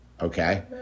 Okay